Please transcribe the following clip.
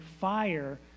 fire